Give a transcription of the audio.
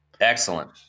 Excellent